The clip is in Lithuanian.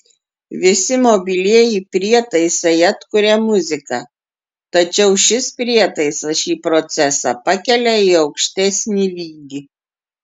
visi mobilieji prietaisai atkuria muziką tačiau šis prietaisas šį procesą pakelia į aukštesnį lygį